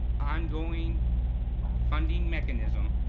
ongoing funding mechanism,